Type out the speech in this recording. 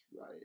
right